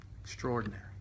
Extraordinary